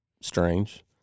strange